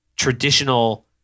traditional